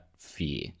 fear